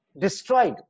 destroyed